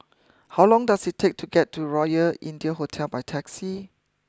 how long does it take to get to Royal India Hotel by taxi